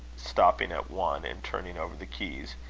stopping at one, and turning over the keys,